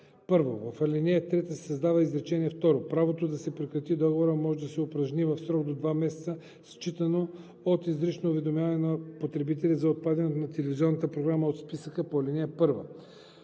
1. В ал. 3 се създава изречение второ: „Правото да се прекрати договорът може да се упражни в срок два месеца считано от изричното уведомяване на потребителя за отпадане на телевизионна програма от списъка по ал. 1.“